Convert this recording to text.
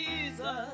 jesus